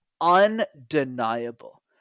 Undeniable